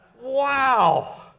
Wow